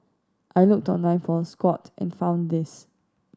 I looked online for a squat and found this